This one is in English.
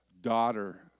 daughter